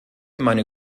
meine